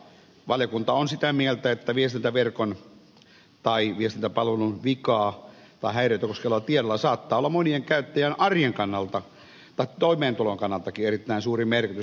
valiokunta on sitä mieltä että viestintäverkon tai viestintäpalvelun vikaa tai häiriötä koskevalla tiedolla saattaa olla monien käyttäjien arjen kannalta tai toimeentulon kannaltakin erittäin suuri merkitys